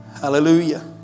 Hallelujah